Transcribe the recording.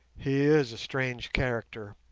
he is a strange character,